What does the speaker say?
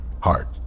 heart